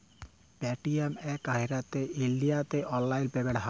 Paytm এ ক্যইরে ইলডিয়াতে অললাইল পেমেল্ট হ্যয়